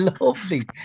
lovely